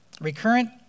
recurrent